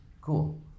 Cool